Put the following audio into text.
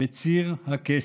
בציר הכסף.